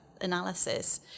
Analysis